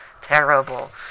terrible